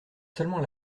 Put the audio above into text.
seulement